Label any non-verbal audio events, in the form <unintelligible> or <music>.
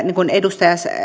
<unintelligible> niin kuin edustaja